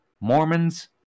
Mormons